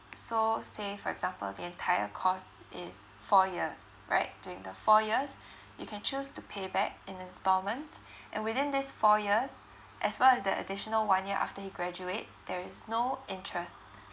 so say for example the entire course is four years right during the four years you can choose to pay back in installment and within this four years as well as the additional one year after he graduates there is no interest